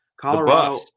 Colorado